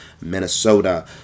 Minnesota